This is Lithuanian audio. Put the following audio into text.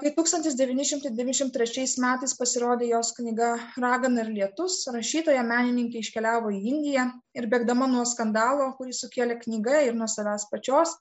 kai tūkstantis devyni šimtai devyniasdešimt trečiais metais pasirodė jos knyga ragana ir lietus rašytoja menininkė iškeliavo į indiją ir bėgdama nuo skandalo kurį sukėlė knyga ir nuo savęs pačios